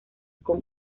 con